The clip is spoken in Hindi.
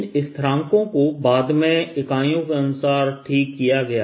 इन स्थिरांकों को बाद में इकाइयों के अनुसार ठीक किया गया